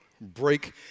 break